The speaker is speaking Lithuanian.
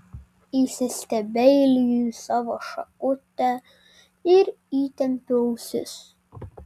įsistebeiliju į savo šakutę ir įtempiu ausis